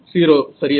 0 சரியா